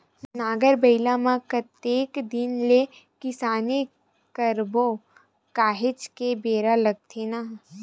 नांगर बइला म कतेक दिन ले किसानी करबो काहेच के बेरा लगथे न